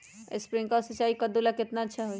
Sprinkler सिंचाई कददु ला केतना अच्छा होई?